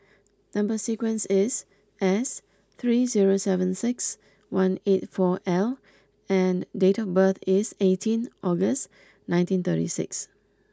number sequence is S three zero seven six one eight four L and date of birth is eighteen August nineteen thirty six